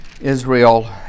Israel